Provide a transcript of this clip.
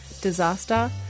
disaster